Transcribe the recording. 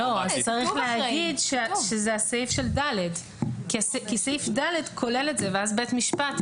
צריך להגיד שזה הסעיף של (ד) כי סעיף (ד) כולל את זה ואז בית משפט,